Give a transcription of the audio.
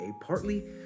partly